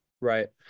Right